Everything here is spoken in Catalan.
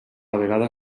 vegada